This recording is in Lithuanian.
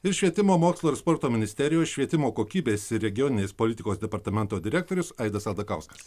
ir švietimo mokslo ir sporto ministerijos švietimo kokybės ir regioninės politikos departamento direktorius aidas aldakauskas